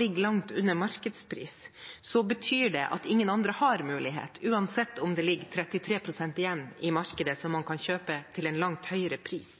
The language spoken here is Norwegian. ligger langt under markedspris, betyr det at ingen andre har mulighet – uansett om det ligger 33 pst. igjen i markedet som man kan kjøpe til en langt høyere pris.